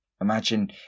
Imagine